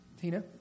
Tina